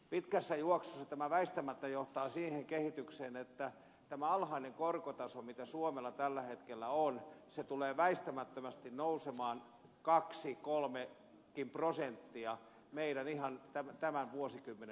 pitkässä juoksussa tämä väistämättä johtaa siihen kehitykseen että tämä alhainen korkotaso joka suomella tällä hetkellä on tulee väistämättömästi nousemaan kaksi kolmekin prosenttia ihan tämän vuosikymmenen aikana